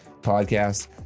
podcast